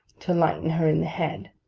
to lighten her in the head,